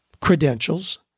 credentials